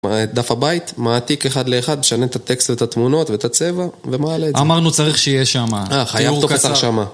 דף הבית, מעתיק אחד לאחד, משנה את הטקסט ואת התמונות ואת הצבע ומעלה את זה. אמרנו צריך שיהיה שמה חייב תקצר שמה